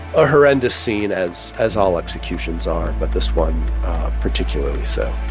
a horrendous scene, as as all executions are, but this one particularly so